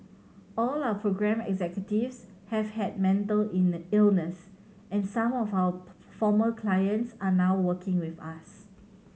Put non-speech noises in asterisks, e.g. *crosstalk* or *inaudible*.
all our programme executives have had mental *unintelligible* illness and some of our *unintelligible* former clients are now working with us